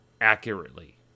accurately